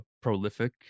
prolific